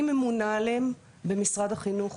אני ממונה עליהם במשרד החינוך.